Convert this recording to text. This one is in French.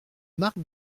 marc